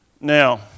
Now